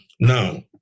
Now